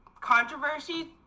controversy